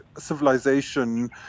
civilization